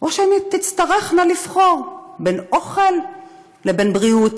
או שהן תצטרכנה לבחור בין אוכל לבין בריאות,